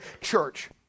church